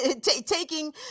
taking